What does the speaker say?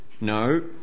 no